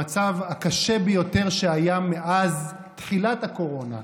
במצב הקשה ביותר שהיה מאז תחילת הקורונה,